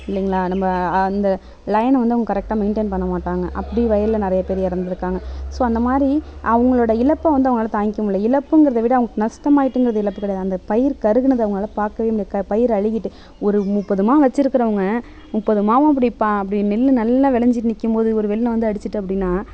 இல்லைங்களா நம்ம அந்த லைனை வந்து அவங்க கரெக்ட்டாக மெயின்டைன் பண்ண மாட்டாங்க அப்படி வயலில் நிறையா பேரு இறந்துருக்காங்க ஸோ அந்தமாதிரி அவங்களோட இழப்பை வந்து அவங்களால தாங்கிக்க முடில்ல இழப்புங்கறதை விட நஷ்டமாயிட்டுங்கிறது இழப்பு கிடையாது அந்த பயிர் கருகினது அவங்களால் பார்க்கவே முடியலை பயிர் அழிகிட்டு ஒரு முப்பது மா வச்சிருக்கிறவங்க முப்பது மாவும் அப்படி பா அப்படி நின்று நல்ல விளஞ்சி நிற்கும்போது ஒரு வெள்ளம் வந்து அடித்திட்டு அப்படினா